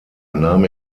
nahm